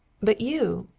but you!